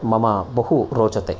मम बहु रोचते